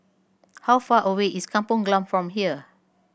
how far away is Kampong Glam from here